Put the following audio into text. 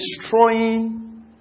destroying